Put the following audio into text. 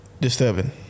disturbing